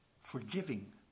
forgiving